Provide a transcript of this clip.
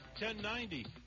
1090